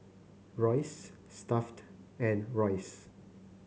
Royce Stuff'd and Royce